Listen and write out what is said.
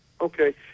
Okay